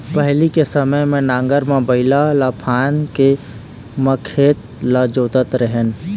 पहिली के समे म नांगर म बइला ल फांद के म खेत ल जोतत रेहेन